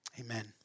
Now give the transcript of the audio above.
Amen